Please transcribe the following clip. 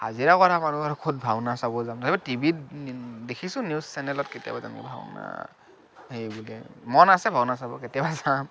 হাজিৰা কৰা কৰোঁ আৰু ক'ত ভাওনা চাব যাম টিভিত দেখিছোঁ নিউজ চেনেলত কেতিয়াবা টাইমত ভাওনা সেইভাগে মন আছে ভাওনা চাব কেতিয়াবা যাম